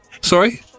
sorry